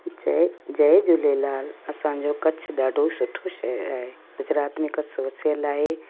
जय जय झूलेलाल असांजो कच्छ ॾाढो सुठो शहर आहे गुजरात में कच्छ वसियलु आहे